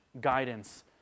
guidance